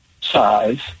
size